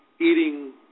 eating